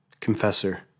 Confessor